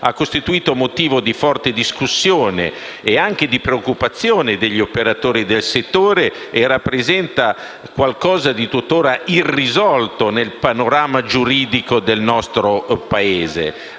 ha costituito motivo di forte discussione e anche di preoccupazione degli operatori del settore e rappresenta qualcosa di tuttora irrisolto nel panorama giuridico del nostro Paese.